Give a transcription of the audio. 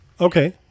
Okay